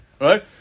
Right